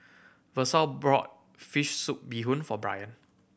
Versa brought fish soup bee hoon for Brian